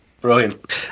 Brilliant